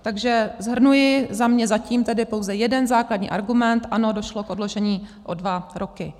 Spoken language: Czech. Takže shrnuji, za mě zatím pouze jeden základní argument: Ano, došlo k odložení o dva roky.